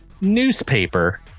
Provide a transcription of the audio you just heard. newspaper